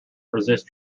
resist